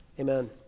Amen